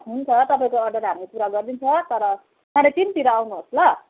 हुन्छ तपाईँको अर्डर हामी पुरा गरिदिन्छ तर साढे तिनतिर आउनुहोस् ल